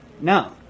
No